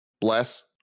Bless